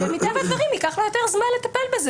שמטבע הדברים ייקח לו יותר זמן לטפל בזה,